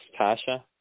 Tasha